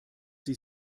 sie